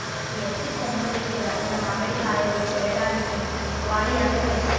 ఎత్తు కొమ్మలు మీద ఉన్న మామిడికాయలును కోయడానికి వాడే యంత్రం ఎంటి?